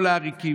כל העריקים,